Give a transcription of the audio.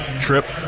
trip